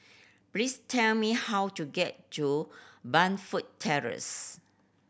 please tell me how to get to Burnfoot Terrace